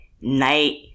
night